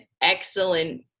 excellent